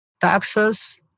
Taxes